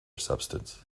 substance